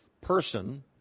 person